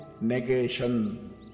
negation